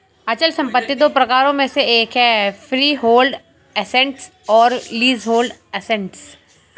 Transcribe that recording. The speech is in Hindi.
अचल संपत्ति दो प्रकारों में से एक है फ्रीहोल्ड एसेट्स और लीजहोल्ड एसेट्स